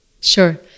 Sure